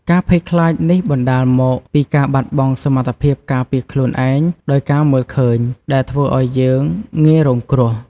ការភ័យខ្លាចនេះបណ្តាលមកពីការបាត់បង់សមត្ថភាពការពារខ្លួនឯងដោយការមើលឃើញ ដែលធ្វើឲ្យយើងងាយរងគ្រោះ ។